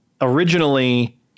originally